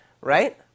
Right